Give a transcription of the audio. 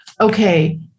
Okay